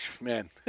man